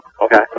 Okay